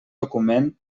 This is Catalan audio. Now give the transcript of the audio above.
document